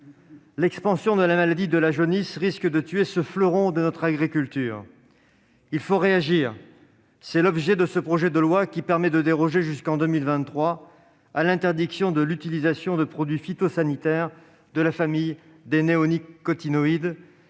L'expansion de la maladie de la jaunisse risque de tuer ce fleuron de notre agriculture : il faut réagir ! C'est l'objet de ce projet de loi, qui permet de déroger jusqu'en 2023 à l'interdiction de l'utilisation de produits phytosanitaires de la famille des néonicotinoïdes.